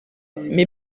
mais